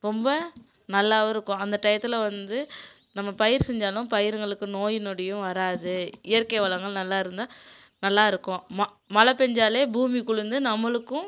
ரொம்ப நல்லாவும் இருக்கும் அந்த டையத்தில் வந்து நம்ம பயிர் செஞ்சாலும் பயிர்களுக்கு நோய் நொடியும் வராது இயற்கை வளங்கள் நல்லா இருந்தால் நல்லா இருக்கும் மா மழை பெஞ்சாலே பூமி குளிர்ந்து நம்மளுக்கும்